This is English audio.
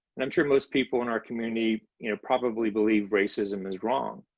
and i'm sure most people in our community you know probably believe racism is wrong,